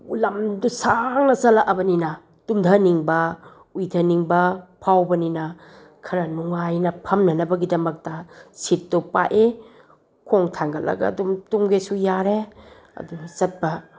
ꯂꯝꯗꯨ ꯁꯥꯡꯅ ꯆꯠꯂꯛꯂꯕꯅꯤꯅ ꯇꯨꯝꯊꯅꯤꯡꯕ ꯎꯏꯊꯅꯤꯡꯕ ꯐꯥꯎꯕꯅꯤꯅ ꯈꯔ ꯅꯨꯡꯉꯥꯏꯅ ꯐꯝꯅꯅꯕꯒꯤꯗꯃꯛꯇ ꯁꯤꯠꯇꯨ ꯄꯥꯛꯏ ꯈꯣꯡ ꯊꯥꯡꯒꯠꯂꯒ ꯑꯗꯨꯝ ꯇꯨꯝꯒꯦꯁꯨ ꯌꯥꯔꯦ ꯑꯗꯨꯒ ꯆꯠꯄ